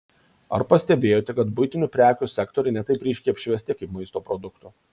ar pastebėjote kad buitinių prekių sektoriai ne taip ryškiai apšviesti kaip maisto produktų